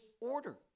order